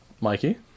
Mikey